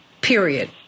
period